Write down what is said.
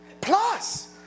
plus